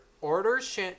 orders